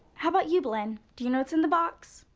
how about you, blynn. do you know what's in the box?